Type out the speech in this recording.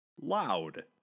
Loud